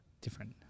different